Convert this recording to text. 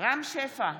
רם שפע,